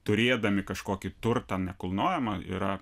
turėdami kažkokį turtą nekilnojamą yra